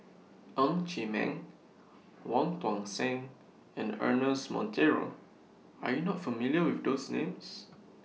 Ng Chee Meng Wong Tuang Seng and Ernest Monteiro Are YOU not familiar with those Names